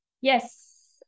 yes